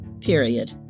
period